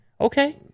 okay